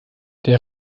der